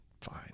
fine